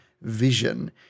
vision